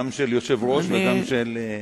גם של יושב-ראש וגם של נואם.